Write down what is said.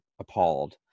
appalled